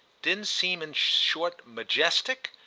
didn't seem in short majestic?